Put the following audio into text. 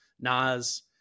Nas